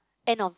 end of